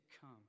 come